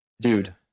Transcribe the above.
Dude